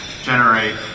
generate